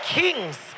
kings